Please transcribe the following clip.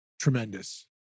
tremendous